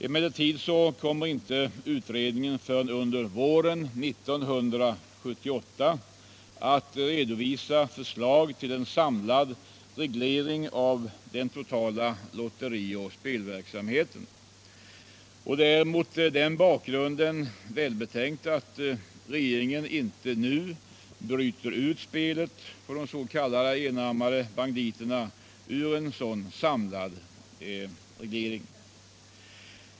Emellertid kommer inte utredningen förrän under våren 1978 att redovisa förslag till en samlad reglering av den totala lotterioch spelverksamheten. Det är mot denna bakgrund välbetänkt att regeringen inte nu bryter ut spelet på enarmade banditer ur en sådan samlad reglering.